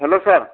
हेल' सार